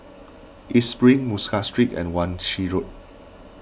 East Spring Muscat Street and Wan Shih Road